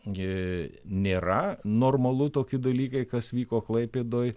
gi nėra normalu toki dalykai kas vyko klaipėdoj